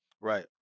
Right